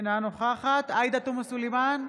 אינה נוכחת עאידה תומא סלימאן,